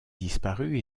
disparue